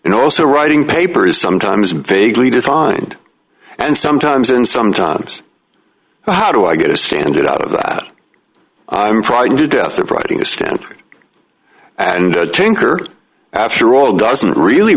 and also writing papers sometimes vaguely defined and sometimes and sometimes the how do i get a standard out of that i'm frightened to death of writing a standard and tinker after all doesn't really